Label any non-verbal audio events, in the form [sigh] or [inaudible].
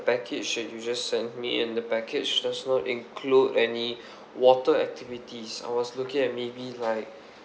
package that you just send me and the package does not include any [breath] water activities I was looking at maybe like